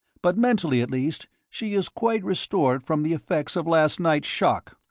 but mentally, at least, she is quite restored from the effects of last night's shock.